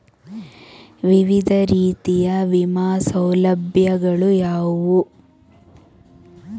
ವಿವಿಧ ರೀತಿಯ ವಿಮಾ ಸೌಲಭ್ಯಗಳು ಯಾವುವು?